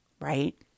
right